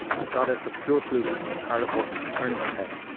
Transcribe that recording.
the goddess of pure flukes, was hard at work, earning her pay.